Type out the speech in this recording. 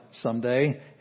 someday